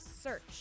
search